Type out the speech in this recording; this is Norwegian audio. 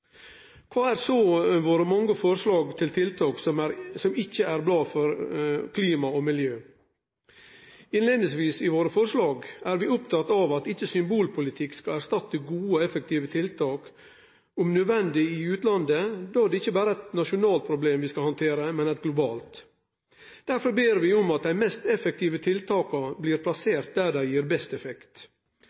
Kva er det så med våre mange forslag til tiltak som ikkje er bra for klima og miljø? Innleiingsvis i våre forslag er vi opptekne av at ikkje symbolpolitikk skal erstatte gode og effektive tiltak – om nødvendig i utlandet – då det ikkje berre er eit nasjonalt problem vi skal handtere, men eit globalt. Derfor ber vi om at dei mest effektive tiltaka blir plasserte der dei gir best effekt.